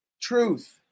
truth